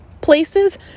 places